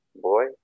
Boy